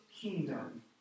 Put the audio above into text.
kingdom